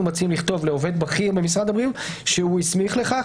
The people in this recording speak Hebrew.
מציעים לכתוב לעובד בכיר במשרד הבריאות שהוא הסמיך לכך,